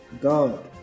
God